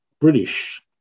British